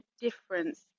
difference